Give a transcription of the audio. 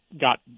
got